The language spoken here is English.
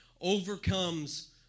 overcomes